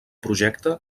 projecte